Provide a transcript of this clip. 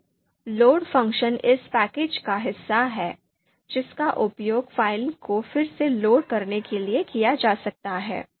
अब load function इस package का हिस्सा है जिसका उपयोग फाइल को फिर से लोड करने के लिए किया जा सकता है